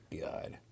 God